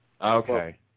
okay